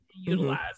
utilize